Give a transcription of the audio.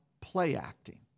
play-acting